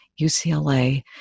UCLA